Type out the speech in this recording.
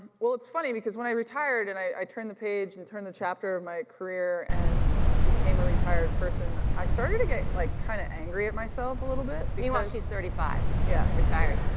well, it's funny because when i retired and i turned the page and i turned the chapter in my career and became a retired person, i started to get like kind of angry at myself a little bit. because she's thirty five, yeah retired.